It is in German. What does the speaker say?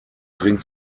dringt